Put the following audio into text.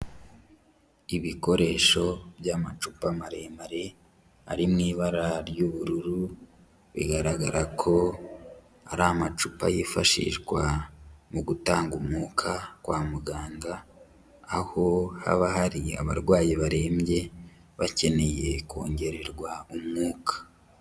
Ibikoresho by'amacupa maremare ari mu ibara ry'ubururu, bigaragara ko ari amacupa yifashishwa mu gutanga umwuka kwa muganga, aho haba hari abarwayi barembye bakeneye kongererwa umwuka.